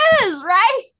right